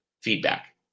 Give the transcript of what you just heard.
feedback